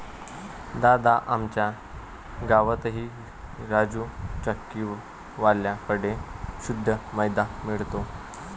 दादा, आमच्या गावातही राजू चक्की वाल्या कड़े शुद्ध मैदा मिळतो